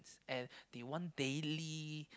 and they want daily